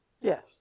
Yes